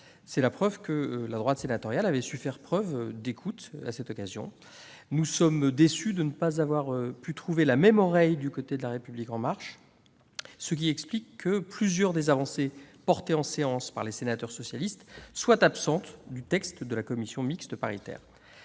C'est la preuve que la droite sénatoriale avait su faire preuve d'écoute à cette occasion. Nous sommes déçus de ne pas avoir trouvé la même oreille du côté de La République En Marche, ce qui explique que plusieurs des avancées défendues en séance par les sénateurs socialistes soient absentes du texte de la commission mixte paritaire.